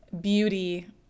beauty